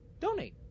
donate